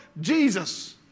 Jesus